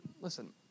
listen